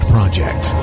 Project